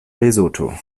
lesotho